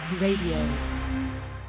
Radio